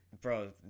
Bro